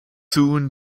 soon